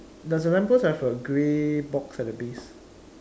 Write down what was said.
does the lamp post have a grey box at the base